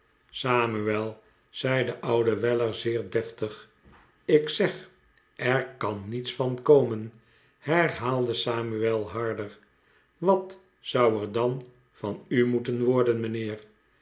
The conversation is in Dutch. samuel zei de oude weller zeer deftig ik zeg er kan niets van komen herhaalde samuel harder wat zou er dan van u moeten worden mijnheer